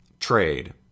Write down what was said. trade